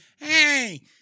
hey